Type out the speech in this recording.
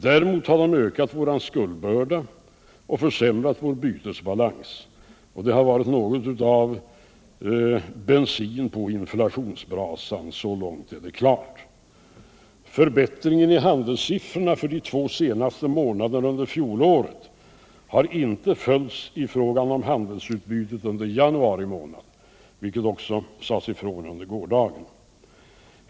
Däremot har de ökat vår skuldbörda och därmed också försämrat vår bytesbalans. Det är helt klart att devalveringen också har varit något av bensin på inflationsbrasan. Förbättringen i handelssiffrorna för de två senaste månaderna under fjolåret har inte följts i fråga om handelsutbytet under januari månad, vilket också sades ifrån under gårdagen.